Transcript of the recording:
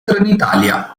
trenitalia